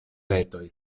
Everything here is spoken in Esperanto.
retoj